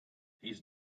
his